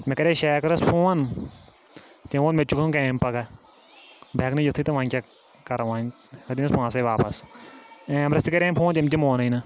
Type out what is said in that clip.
مےٚ کَرے شاکرس فون تٔمۍ ووٚن مےٚ تہِ چھُ گَژھُن کامہِ پگاہ بہٕ ہٮ۪کہٕ نہٕ یِتھے تہٕ وۄنۍ کیٛاہ کرٕ وۄنۍ پٲنٛسَے واپَس عامرَس تہِ کَریٚیَم فون تٔمۍ تہِ مونٕے نہٕ